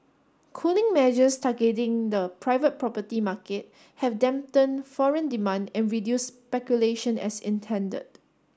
cooling measures targeting the private property market have dampened foreign demand and reduce speculation as intended